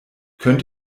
könnt